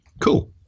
Cool